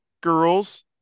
girls